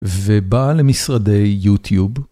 ובא למשרדי יוטיוב.